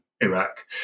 Iraq